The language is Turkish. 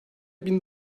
bin